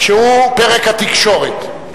שהוא פרק התקשורת.